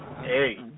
Hey